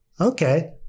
okay